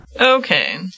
Okay